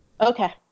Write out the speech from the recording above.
Okay